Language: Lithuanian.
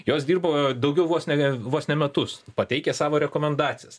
jos dirba daugiau vos ne vos ne metus pateikė savo rekomendacijas